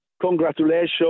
congratulations